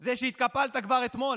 זה שהתקפלת כבר אתמול.